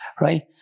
Right